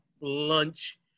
lunch